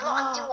!wah!